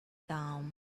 down